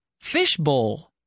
Fishbowl